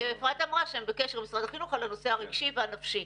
כי אפרת אמרה שהם בקשר עם משרד החינוך על הנושא הרגשי והנפשי.